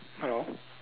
hello